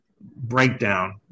breakdown